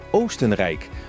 Oostenrijk